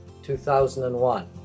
2001